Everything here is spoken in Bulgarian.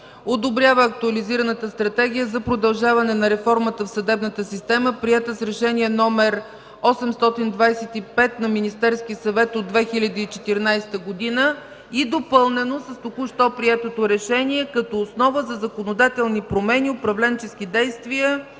Одобрява Актуализираната стратегия за продължаване на реформата в съдебната система, приета с Решение № 825 на Министерския съвет от 2014 г.”, и допълнено с току-що приетото решение, „като основа за законодателни промени, управленчески действия”